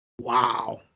Wow